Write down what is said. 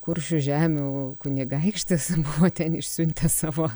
kuršių žemių kunigaikštis buvo ten išsiuntęs savo